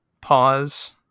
pause